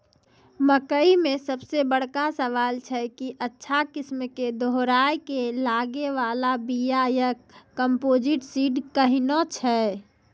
मकई मे सबसे बड़का सवाल छैय कि अच्छा किस्म के दोहराय के लागे वाला बिया या कम्पोजिट सीड कैहनो छैय?